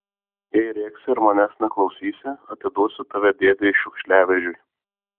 jei rėksi ir manęs neklausysi atiduosiu tave dėdei šiukšliavežiui